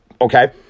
okay